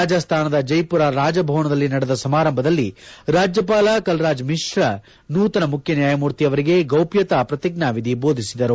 ರಾಜಸ್ತಾನದ ಜೈಪುರ ರಾಜಭವನದಲ್ಲಿ ನಡೆದ ಸಮಾರಂಭದಲ್ಲಿ ರಾಜ್ಲಪಾಲ ಕಲ್ರಾಜ್ ಮಿಶ್ರಾ ನೂತನ ಮುಖ್ಲನ್ಲಾಯಮೂರ್ತಿಯವರಿಗೆ ಗೌಪ್ಲತಾ ಪ್ರತಿಜ್ಞಾವಿಧಿ ಬೋಧಿಸಿದರು